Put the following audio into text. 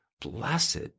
blessed